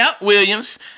Williams